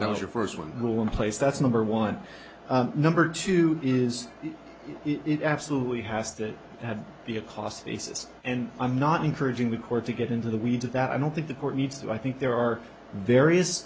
that was your first one rule in place that's number one number two is it absolutely has to have be a cost basis and i'm not encouraging the court to get into the weeds of that i don't think the court needs to i think there are various